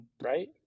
right